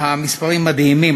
המספרים מדהימים.